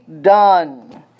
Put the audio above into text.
done